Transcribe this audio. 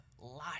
life